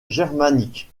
germaniques